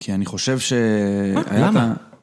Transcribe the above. כי אני חושב, מה?, למה? שהייתה...